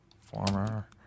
Former